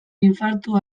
infartu